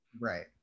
Right